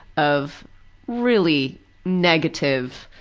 of really negative